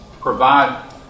provide